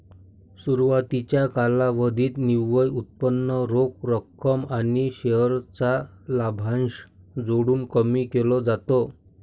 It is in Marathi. सुरवातीच्या कालावधीत निव्वळ उत्पन्न रोख रक्कम आणि शेअर चा लाभांश जोडून कमी केल जात